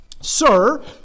Sir